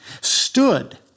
stood